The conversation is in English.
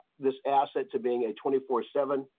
this asset to being a twenty four seven.